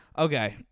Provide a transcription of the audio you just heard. Okay